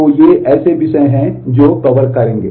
तो ये ऐसे विषय हैं जो कवर करेंगे